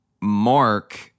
Mark